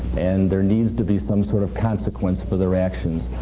and there needs to be some sort of consequence for their actions.